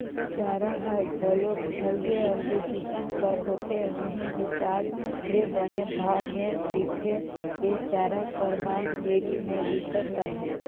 चारा हर घलोक अलगे अलगे किसम कर होथे उहीं हिसाब ले बने भाव में बिकथे, ए चारा कर मांग डेयरी में बिकट अहे